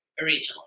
originally